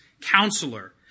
Counselor